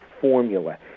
formula